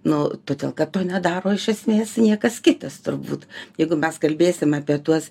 nu todėl kad to nedaro iš esmės niekas kitas turbūt jeigu mes kalbėsim apie tuos